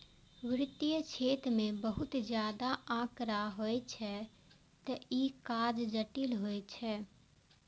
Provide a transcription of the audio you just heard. वित्तीय क्षेत्र मे बहुत ज्यादा आंकड़ा होइ छै, तें ई काज जटिल होइ छै